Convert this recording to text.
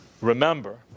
Remember